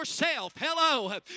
Hello